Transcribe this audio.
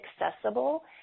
accessible